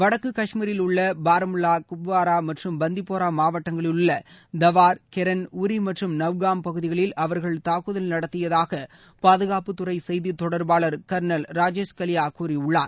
வடக்கு கஷ்மீரில் உள்ள பாரமுல்வா குப்வாரா மற்றும் பந்திபூரா மாவட்டங்களிலுள்ள தவார் கெரன் உரி மற்றும் நவ்காம் பகுதிகளில் அவர்கள் தாக்குதல் நடத்தியதாக பாதுகாப்புத்துறை செய்தி தொடர்பாளர் கர்னல் ராஜேஷ் கலியா கூறியுள்ளார்